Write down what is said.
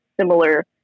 similar